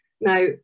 Now